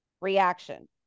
reaction